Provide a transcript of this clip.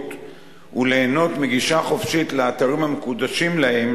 וליהנות מגישה חופשית לאתרים המקודשים להם